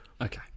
Okay